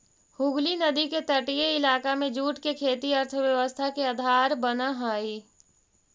हुगली नदी के तटीय इलाका में जूट के खेती अर्थव्यवस्था के आधार बनऽ हई